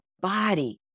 body